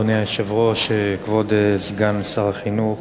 אדוני היושב-ראש, כבוד סגן שר החינוך,